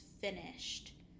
finished